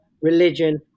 religion